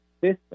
system